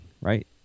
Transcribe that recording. right